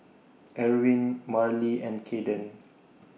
Erwin Marlee and Kayden